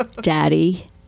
Daddy